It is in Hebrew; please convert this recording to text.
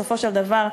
בסופו של דבר,